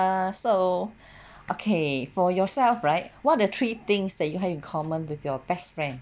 ah so okay for yourself right what are the three things that you have in common with your best friend